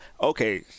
okay